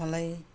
मलाई